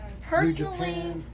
personally